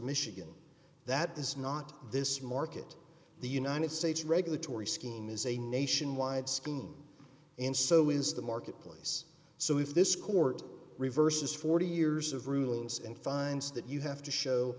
michigan that is not this market the united states regulatory scheme is a nationwide scheme and so is the marketplace so if this court reverses forty years of rulings and finds that you have to show